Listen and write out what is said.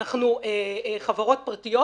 ואנחנו חברות פרטיות.